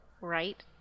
Right